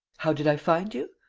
how did i find you?